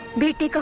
beauty